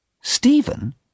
Stephen